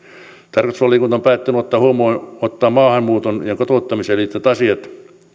otettu huomioon tarkastusvaliokunta on päättänyt ottaa maahanmuuttoon ja kotouttamiseen liittyvät asiat